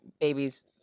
babies